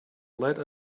let